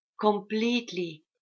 completely